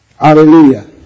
Hallelujah